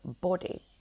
body